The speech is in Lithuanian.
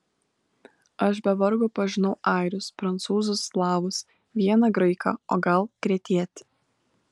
aš be vargo pažinau airius prancūzus slavus vieną graiką o gal kretietį